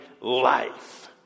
life